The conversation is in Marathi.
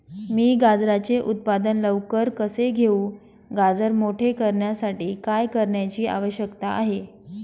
मी गाजराचे उत्पादन लवकर कसे घेऊ? गाजर मोठे करण्यासाठी काय करण्याची आवश्यकता आहे?